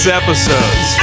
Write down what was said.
episodes